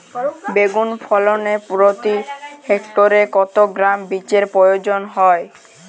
বেগুন ফলনে প্রতি হেক্টরে কত গ্রাম বীজের প্রয়োজন হয়?